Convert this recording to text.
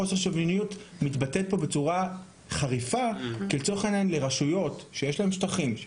חוסר שוויוניות מתבטא פה בצורה חריפה כי רשויות שיש להן שטחים,